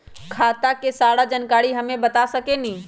खाता के सारा जानकारी हमे बता सकेनी?